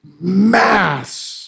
mass